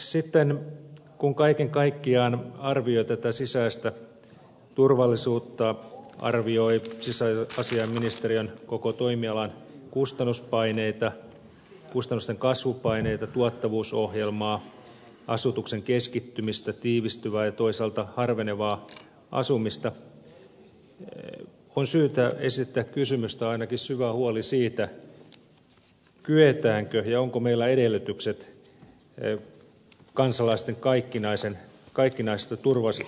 sitten kun kaiken kaikkiaan arvioi tätä sisäistä turvallisuutta arvioi sisäasiainministeriön koko toimialan kustannuspaineita kustannusten kasvupaineita tuottavuusohjelmaa asutuksen keskittymistä tiivistyvää ja toisaalta harvenevaa asumista on syytä esittää kysymys tai ainakin syvä huoli siitä kyetäänkö ja onko meillä edellytykset kansalaisten kaikkinaisesta